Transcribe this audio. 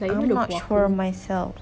I vouch for myself